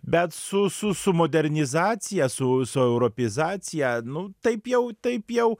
bet su su su modernizacija su su europeizacija nu taip jau taip jau